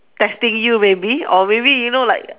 testing you maybe or maybe you know like